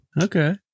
Okay